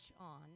on